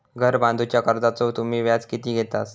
घर बांधूच्या कर्जाचो तुम्ही व्याज किती घेतास?